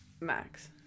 max